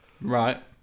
Right